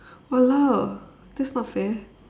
!walao! that's not fair